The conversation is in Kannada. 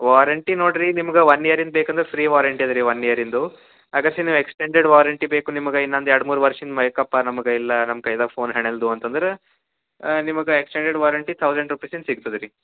ವಾರಂಟಿ ನೋಡ್ರಿ ನಿಮ್ಗ ಒನ್ ಇಯರಿಂದ್ ಬೇಕಂದ್ರ ಫ್ರೀ ವಾರಂಟಿ ಅದ ರೀ ಒನ್ ಇಯರಿಂದು ಅದಸಿನ ಎಕ್ಸ್ಟೆಂಡೆಡ್ ವಾರಂಟಿ ಬೇಕು ನಿಮ್ಗ ಇನ್ನೊಂದು ಎರಡು ಮೂರು ವರ್ಷ ಮೈಕಪ್ಪ ನಮ್ಗ ಇಲ್ಲ ನಮ್ಮ ಕೈದಾಗ ಫೋನ್ ಹೆಣಿಲ್ದು ಅಂತಂದ್ರ ನಿಮ್ಗ ಎಕ್ಸ್ಟೆಂಡೆಡ್ ವಾರಂಟಿ ತೌಸಂಡ್ ರುಪೀಸಿಂದು ಸಿಗ್ತದೆ ರೀ